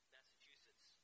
Massachusetts